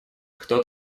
кто